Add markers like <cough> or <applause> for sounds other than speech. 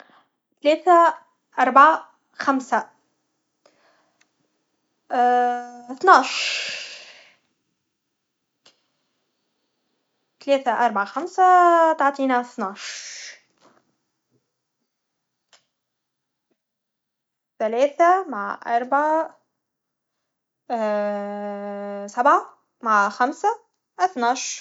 ثلاثه اربعه خمسه <hesitation> تناش ثلاثه اربعه خمسه تعطينا ثناش ثلاثه مع اربعه <hesitation> سبعه مع خمسه اثناش